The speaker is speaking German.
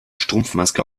strumpfmaske